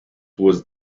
was